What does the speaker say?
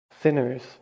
sinners